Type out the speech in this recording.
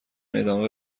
ادامه